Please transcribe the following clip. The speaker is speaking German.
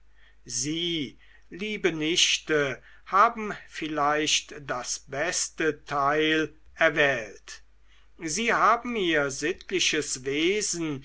sie liebe nichte haben vielleicht das beste teil erwählt sie haben ihr sittliches wesen